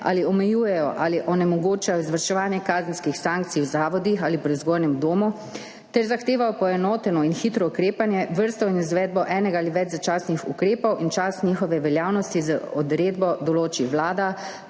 ali omejujejo ali onemogočajo izvrševanje kazenskih sankcij v zavodih ali v prevzgojnem domu ter zahtevajo poenoteno in hitro ukrepanje, vrsto in izvedbo enega ali več začasnih ukrepov in čas njihove veljavnosti z odredbo določi Vlada,